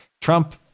trump